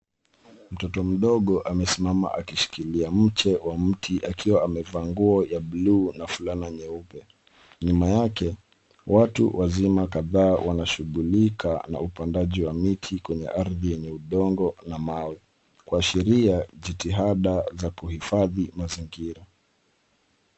Mtoto mdogo amesimama akishikilia mche wa mti akiwa amevaa nguo ya bluu na fulana nyeupe. Nyuma yake, watu wazima kadhaa wanashughulika na upandaji wa miti kwenye ardhi yenye udongo na mawe, kuashiria jitihada za kuhifadhi mazingira.